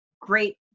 great